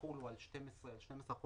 וכולי על 12 חודשים.